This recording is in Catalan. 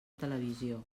televisió